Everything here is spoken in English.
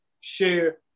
share